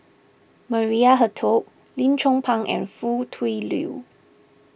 Maria Hertogh Lim Chong Pang and Foo Tui Liew